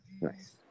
Nice